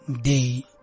day